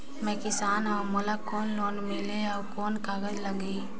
मैं किसान हव मोला कौन लोन मिलही? अउ कौन कागज लगही?